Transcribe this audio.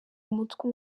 umutwe